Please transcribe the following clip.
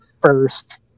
first